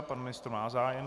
Pan ministr má zájem.